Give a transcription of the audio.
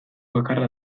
bakarra